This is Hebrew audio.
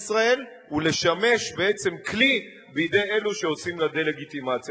ישראל ולשמש בעצם כלי בידי אלו שעושים לה דה-לגיטימציה.